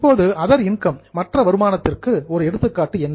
இப்போது other income மற்ற வருமானத்திற்கு ஒரு எடுத்துக்காட்டு என்ன